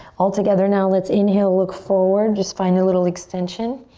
all together now let's inhale, look forward. just find a little extension.